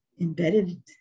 embedded